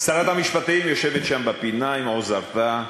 שרת המשפטים יושבת שם בפינה עם עוזרתה.